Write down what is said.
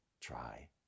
try